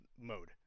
mode